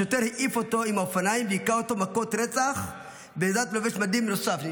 השוטר העיף אותו עם האופניים והכה אותו מכות רצח בעזרת לובש מדים נוסף.